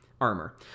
Armor